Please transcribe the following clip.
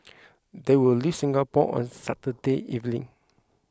they will leave Singapore on Saturday evening